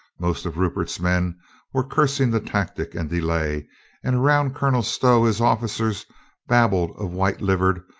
most of rupert's men were cursing the tactic and delay, and around colonel stow his officers babbled of white-livered,